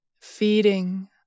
feeding